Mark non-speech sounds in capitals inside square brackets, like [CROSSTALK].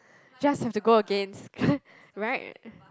just have to go again [BREATH] right